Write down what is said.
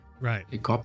Right